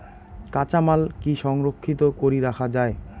কাঁচামাল কি সংরক্ষিত করি রাখা যায়?